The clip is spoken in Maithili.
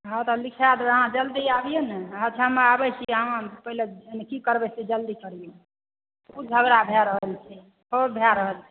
हँ तऽ लीखा देबै अहाँ जल्दी आबियौ ने अच्छा हम आबै छी अहाँ पहिले की करबै से जल्दी करियौ खूब झगड़ा भए रहल छै खूब भए रहल छै